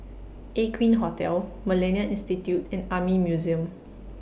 Aqueen Hotel Millennia Institute and Army Museum